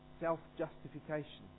Self-justification